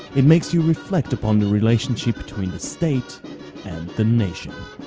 it makes you reflect upon the relationship between the state and the nation.